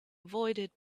avoided